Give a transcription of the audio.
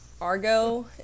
argo